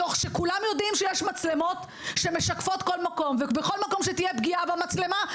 תוך שכולם יודעים שבכל מקום יש מצלמות ובכל מקום בו תהיה פגיעה במצלמה,